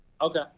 Okay